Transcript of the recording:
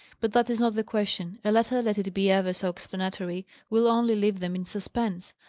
but that is not the question. a letter, let it be ever so explanatory, will only leave them in suspense.